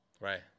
Right